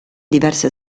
diverse